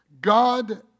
God